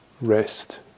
rest